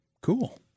cool